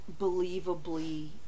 believably